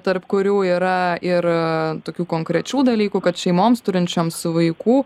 tarp kurių yra ir tokių konkrečių dalykų kad šeimoms turinčioms vaikų